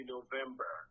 November